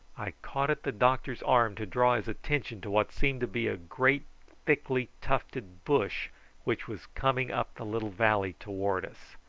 i caught at the doctor's arm to draw his attention to what seemed to be a great thickly tufted bush which was coming up the little valley towards us.